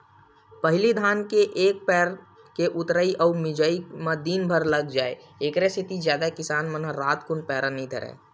पहिली धान के एक पैर के ऊतरई अउ मिजई म दिनभर लाग जाय ऐखरे सेती जादा किसान मन ह रातकुन पैरा नई धरय